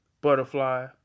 butterfly